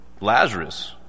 Lazarus